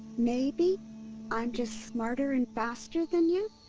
maybe i'm just smarter and faster than you?